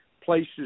places